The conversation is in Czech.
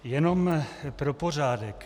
Jenom pro pořádek.